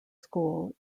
school